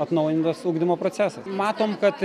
atnaujintas ugdymo procesas matom kad